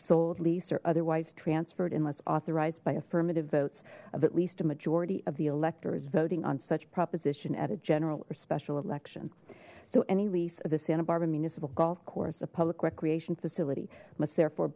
sold lease or otherwise transferred unless authorized by affirmative votes of at least a majority of the electors voting on such proposition at a general or special election so any lease of the santa barbara municipal golf course a public recreation facility must therefore